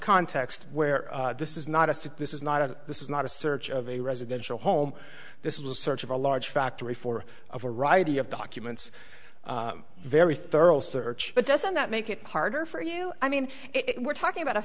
context where this is not a six this is not a this is not a search of a residential home this is a search of a large factory for a variety of documents very thorough search but doesn't that make it harder for you i mean it we're talking about a